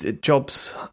jobs